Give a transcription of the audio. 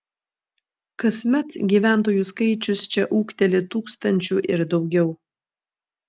kasmet gyventojų skaičius čia ūgteli tūkstančiu ir daugiau